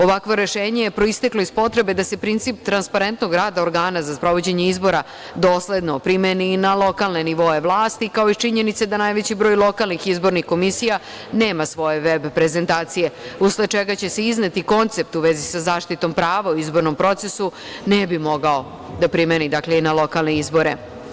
Ovakvo rešenje je proisteklo iz potrebe da se princip transparentnog rada organa za sprovođenje izbora dosledno primeni i na lokalne nivoe vlasti, kao i činjenice da najveći broj lokalnih izbornih komisija nema svoje veb-prezentacije, usled čega će se izneti koncept u vezi sa zaštitom prava o izbornom procesu ne bi mogao da primeni, dakle, i na lokalne izbore.